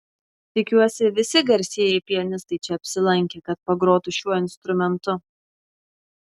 tikiuosi visi garsieji pianistai čia apsilankė kad pagrotų šiuo instrumentu